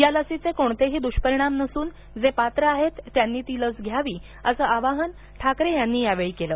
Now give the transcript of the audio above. या लसीचे कोणेही दुष्परिणाम नसून जे पात्र आहेत त्यांनी ती घ्यावी असं आवाहन ठाकरे यांनी यावेळी केलं